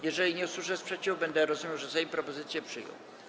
Jeżeli nie usłyszę sprzeciwu, będę rozumiał, że Sejm propozycje przyjął.